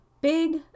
big